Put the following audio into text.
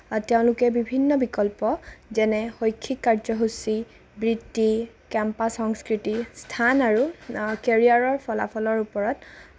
আও তেওঁলোকে বিভিন্ন বিকল্প যেনে শৈক্ষিক কাৰ্যসূচী বৃত্তি কেম্পাছ সংস্কৃতি স্থান আৰু কেৰিয়াৰৰ ফলাফলৰ ওপৰত